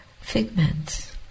figments